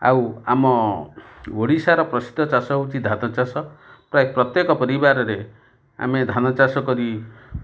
ଆଉ ଆମ ଓଡ଼ିଶାର ପ୍ରସିଦ୍ଧ ଚାଷ ହଉଚି ଧାନ ଚାଷ ପ୍ରାୟ ପ୍ରତ୍ୟେକ ପରିବାରରେ ଆମେ ଧାନ ଚାଷ କରି